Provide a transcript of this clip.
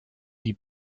die